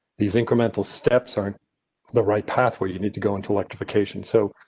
these incremental steps aren't the right path where you need to go into electrification. so.